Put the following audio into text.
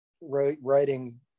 writing